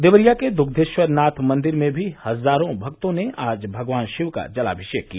देवरिया के दृथ्येश्वर नाथ मंदिर में भी हजारों भक्तों ने आज भगवान शिव का जलाभिषेक किया